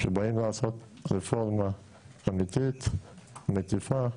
כשבאים לעשות רפורמה אמיתית ומקיפה,